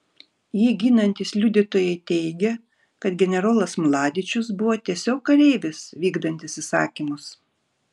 jį ginantys liudytojai teigia kad generolas mladičius buvo tiesiog kareivis vykdantis įsakymus